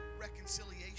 reconciliation